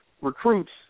recruits